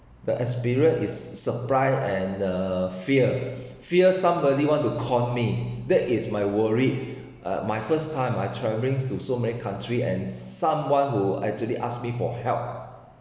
the experience is surprise and the fear fear somebody want to con me that is my worried uh my first time I travelling to so many country and someone who actually asked me for help